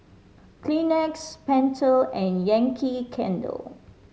Kleenex Pentel and Yankee Candle